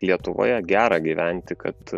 lietuvoje gera gyventi kad